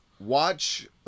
Watch